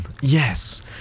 Yes